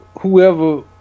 whoever